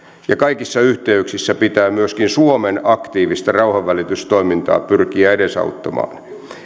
ja kaikissa yhteyksissä pitää myöskin suomen aktiivista rauhanvälitystoimintaa pyrkiä edesauttamaan